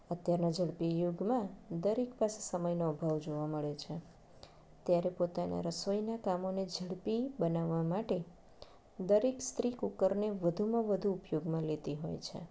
અત્યારના ઝડપી યુગમાં દરેક પાસે સમયનો અભાવ જોવા મળે છે ત્યારે પોતાનાં રસોઈનાં કામોને ઝડપી બનાવવા માટે દરેક સ્ત્રી કૂકરને વધુમાં વધુ ઉપયોગમાં લેતી હોય છે